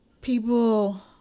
people